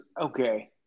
Okay